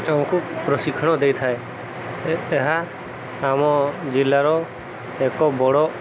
ଆମକୁ ପ୍ରଶିକ୍ଷଣ ଦେଇଥାଏ ଏହା ଆମ ଜିଲ୍ଲାର ଏକ ବଡ଼